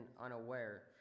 unaware